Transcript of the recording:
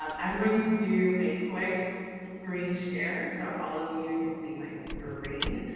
um i'm going to do a quick screen share. so all of you can see my screen.